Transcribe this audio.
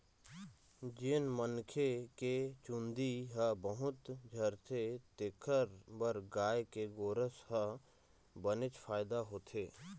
जेन मनखे के चूंदी ह बहुत झरथे तेखर बर गाय के गोरस ह बनेच फायदा होथे